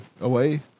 away